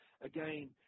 again